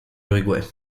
uruguay